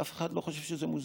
ואף אחד לא חושב שזה מוזר.